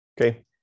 okay